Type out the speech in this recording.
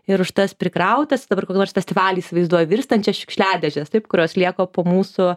ir už tas prikrautas dabar kur nors festivaly įsivaizduoju virstančias šiukšliadėžes taip kurios lieka po mūsų